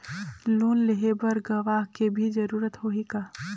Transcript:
Loan लेहे बर गवाह के भी जरूरत होही का?